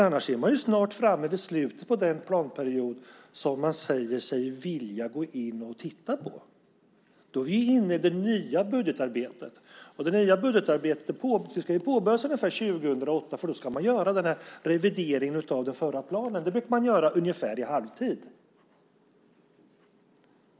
Annars är man snart framme vid slutet av den planperiod som man säger sig vilja gå in och titta på. Då är man inne i det nya budgetarbetet. Det nya budgetarbetet ska ju påbörjas 2008, och då ska man göra revideringen av den förra planen. Det brukar man göra ungefär vid halvtid.